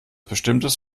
bestimmtes